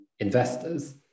Investors